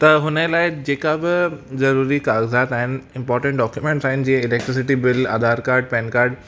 त हुन लाइ जेका बि ज़रूरी काग़ज़ात आहिनि इंपॉर्टेंट डॉक्यूमेंट्स आहिनि जीअं electricity bill Aadhaar card PAN card